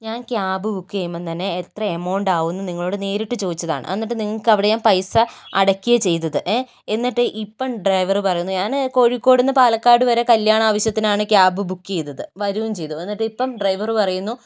ഞാന് cab book ചെയ്യുമ്പം തന്നെ എത്ര എമൗണ്ട് ആകുമെന്ന് നിങ്ങളോട് നേരിട്ട് ചോദിച്ചതാണ് എന്നിട്ട് നിങ്ങൾക്ക് അവിടെ ഞാന് പൈസ നേരിട്ട് അടക്കുകയാണ് ചെയ്തത് എന്നിട്ട് ഇപ്പം ഡ്രൈവറ് പറയുന്നു ഞാന് കോഴിക്കോട്ന്ന് പാലക്കാട് വരെ കല്യാണാവശ്യത്തിനാണ് ക്യാബ് ബുക്ക് ചെയ്തത് വരികയും ചെയ്തു എന്നിട്ട് ഇപ്പം ഡ്രൈവറ് പറയുന്നു